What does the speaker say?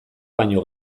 baino